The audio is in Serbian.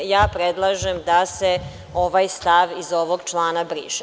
Ja predlažem da se ovaj stav iz ovog člana briše.